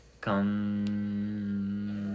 Come